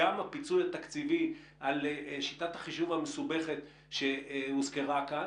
גם הפיצוי התקציבי על שיטת החישוב המסובכת שהוזכרה כאן,